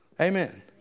Amen